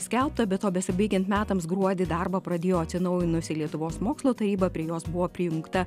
skelbta be to besibaigiant metams gruodį darbą pradėjo atsinaujinusi lietuvos mokslo taryba prie jos buvo prijungta